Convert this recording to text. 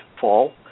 fall